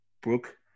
Brooke